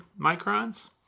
microns